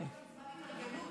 אתה צריך עזרה במשרד הבריאות.